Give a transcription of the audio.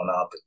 up